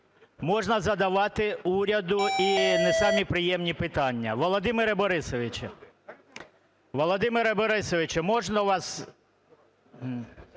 можна задавати уряду і не самі приємні питання. Володимире Борисовичу! Володимире